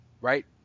right